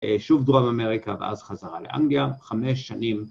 שוב דרום אמריקה ואז חזרה לאנגליה, חמש שנים.